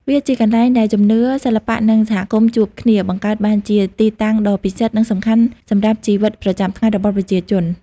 វាជាកន្លែងដែលជំនឿ សិល្បៈ និងសហគមន៍ជួបគ្នា បង្កើតបានជាទីតាំងដ៏ពិសិដ្ឋ និងសំខាន់សម្រាប់ជីវិតប្រចាំថ្ងៃរបស់ប្រជាជន។